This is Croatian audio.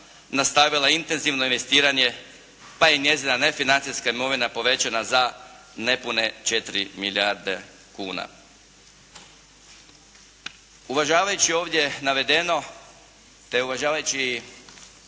nastavila intenzivno investiranje, pa je njezina nefinanancijska imovina povećana za nepune 4 milijarde kuna. Uvažavajući ovdje navedeno te uvažavajući